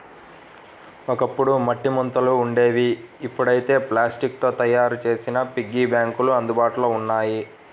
ఒకప్పుడు మట్టి ముంతలు ఉండేవి ఇప్పుడైతే ప్లాస్టిక్ తో తయ్యారు చేసిన పిగ్గీ బ్యాంకులు అందుబాటులో ఉన్నాయి